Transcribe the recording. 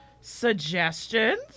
suggestions